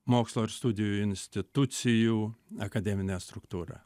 mokslo ir studijų institucijų akademinę struktūrą